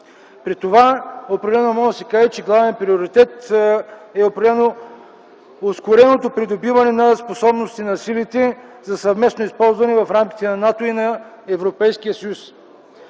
армия. Определено може да се каже, че главен приоритет е ускореното придобиване на способностите на силите за съвместно използване в рамките на НАТО и Европейския съюз.